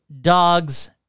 dog's